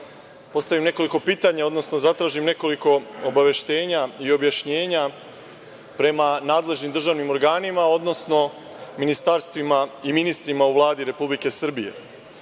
postavim nekoliko pitanja, odnosno zatražim nekoliko obaveštenja i objašnjenja prema nadležnim državnim organima, odnosno ministarstvima i ministrima u Vladi Republike Srbije. Pre